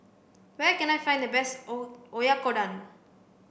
where can I find the best O Oyakodon